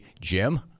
Jim